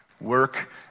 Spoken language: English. Work